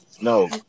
No